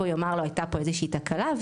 ויאמר לו הייתה פה איזושהי תקלה,